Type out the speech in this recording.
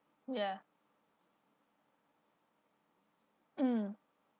ya mm